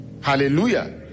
Hallelujah